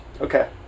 Okay